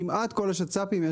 עד כל השצ"פים,